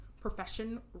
Profession